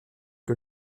que